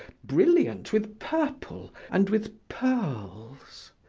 brilliant with purple and with pearls.